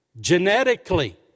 genetically